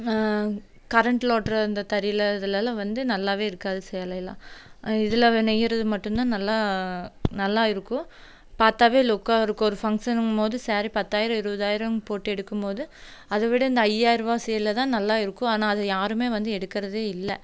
கரண்ட்டில் ஓடுற இந்த தறியில் இதிலெல்லாம் வந்து நல்லா இருக்காது சேலையெல்லாம் இதில் நெய்யுறது மட்டுந்தான் நல்லா நல்லா இருக்கும் பார்த்தாவே லுக்காக இருக்கும் ஒரு ஃபங்சனுங்கும்போது ஒரு சாரீ பத்தாயிரம் இருபதாயிரன்னு போட்டு எடுக்கும் போது அதை விட இந்த ஐயாயிரரூபா சேலை தான் நல்லா இருக்கும் ஆனால் அதை யாரும் வந்து எடுக்கிறதே இல்லை